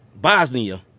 bosnia